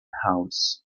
house